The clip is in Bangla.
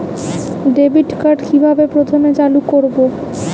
ডেবিটকার্ড কিভাবে প্রথমে চালু করব?